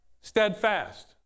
steadfast